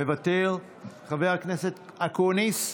מוותר, חבר הכנסת אקוניס,